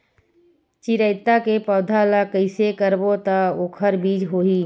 चिरैता के पौधा ल कइसे करबो त ओखर बीज होई?